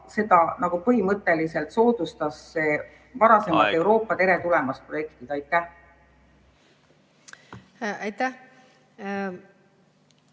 seda nagu põhimõtteliselt soodustasid need varasemad Euroopa "Tere tulemast!" projektid? Aitäh! Igas